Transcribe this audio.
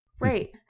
Right